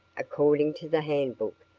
according to the handbook,